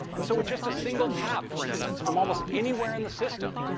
and so, with just a single tap for instance from almost anywhere in the system,